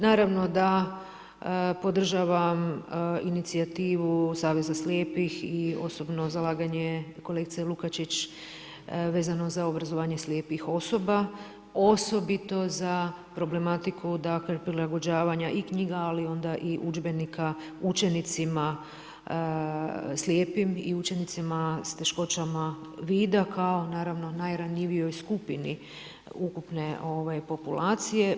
Naravno da podržavam inicijativu savez za slijepih i osobno zalaganje kolegice Lukačić vezano za obrazovanje slijepih osoba, osobito za problematiku dakle, prilagođavanja i knjiga, ali onda i udžbenika učenicima slijepim i učenicima s teškoćama vida, kao naravno najranjivijoj skupini ukupne populacije.